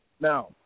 Now